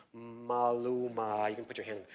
maluma, and put your hand